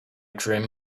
dream